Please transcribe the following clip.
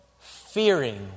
fearing